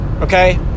okay